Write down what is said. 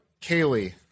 Kaylee